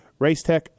Racetech